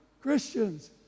Christians